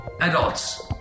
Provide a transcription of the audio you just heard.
adults